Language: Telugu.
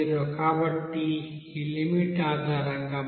కాబట్టి ఈ లిమిట్ ఆధారంగా మనం dxs0